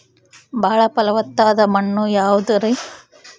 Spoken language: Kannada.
ಬಾಳ ಫಲವತ್ತಾದ ಮಣ್ಣು ಯಾವುದರಿ?